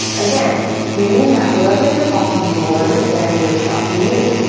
again you mean that whoever you're talking to will understand which shop you mean.